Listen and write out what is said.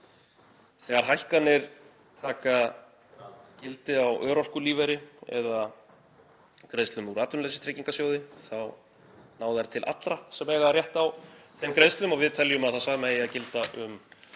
Þegar hækkanir taka gildi á örorkulífeyri eða greiðslum úr Atvinnuleysistryggingasjóði þá ná þær til allra sem eiga rétt á þeim greiðslum og við teljum að það sama eigi að gilda um